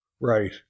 right